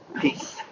peace